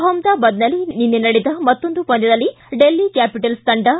ಅಪಮದಾಬಾದ್ನಲ್ಲಿ ನಿನ್ನೆ ನಡೆದ ಮತ್ತೊಂದು ಪಂದ್ಯದಲ್ಲಿ ಡೆಲ್ಲಿ ಕ್ಕಾಪಿಟಲ್ಸ್ ತಂಡವು